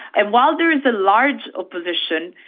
and while there is a large opposition,